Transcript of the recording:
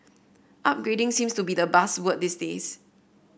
upgrading seems to be the buzzword these days